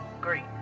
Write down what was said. great